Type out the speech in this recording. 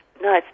No